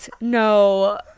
No